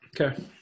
Okay